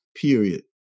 period